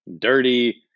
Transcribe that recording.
dirty